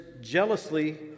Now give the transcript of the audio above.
jealously